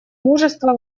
мужество